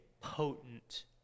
potent